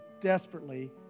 desperately